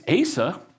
Asa